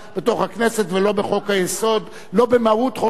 של חבר הכנסת טיבי לא התייחסה לחוק שלך,